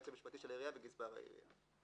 היועץ המשפטי של העירייה וגזבר העירייה.